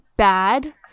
bad